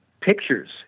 pictures